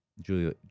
Julia